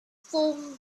foam